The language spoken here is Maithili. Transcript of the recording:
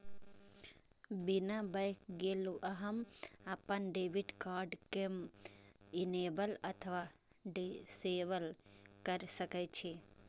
बिना बैंक गेलो अहां अपन डेबिट कार्ड कें इनेबल अथवा डिसेबल कैर सकै छी